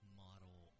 model